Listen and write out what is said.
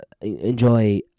enjoy